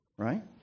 right